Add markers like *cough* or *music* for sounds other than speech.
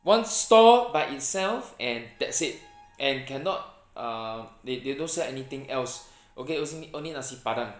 one store by itself and that's it and cannot uh they they don't sell anything else *breath* okay on~ only nasi-padang